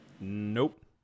nope